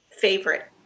favorite